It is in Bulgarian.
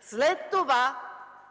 След това